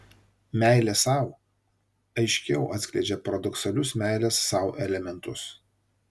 meilė sau aiškiau atskleidžia paradoksalius meilės sau elementus